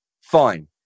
fine